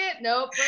Nope